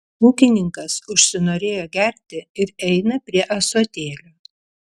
ūkininkas užsinorėjo gerti ir eina prie ąsotėlio